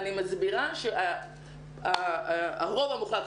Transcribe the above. מסבירה שהרוב המוחלט,